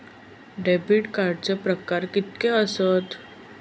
Debit कार्डचे प्रकार कीतके आसत?